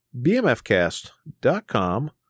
BMFCast.com